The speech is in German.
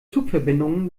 zugverbindungen